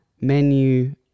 menu